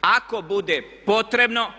Ako bude potrebno